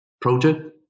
project